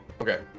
Okay